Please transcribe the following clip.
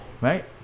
right